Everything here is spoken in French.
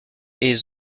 est